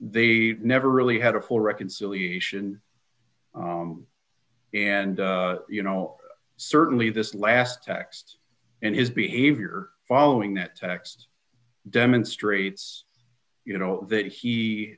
they never really had a full reconciliation and you know certainly this last text and his behavior following that text demonstrates you know that he